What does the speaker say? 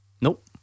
Nope